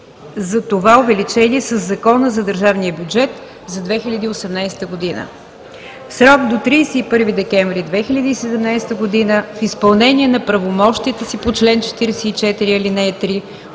за това увеличение със Закона за държавния бюджет за 2018 г. В срок до 31 декември 2017 г., в изпълнение на правомощията си по чл. 44, ал. 3